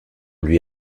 lui